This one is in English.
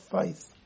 faith